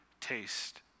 taste